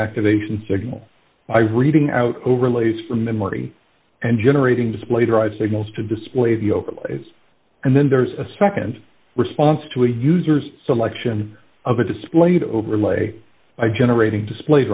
activation signal by reading out overlays from memory and generating display derived signals to display the overlays and then there's a nd response to a user's selection of a displayed overlay by generating display